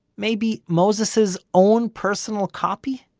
maybe moses' own personal copy!